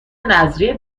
نذریه